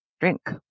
drink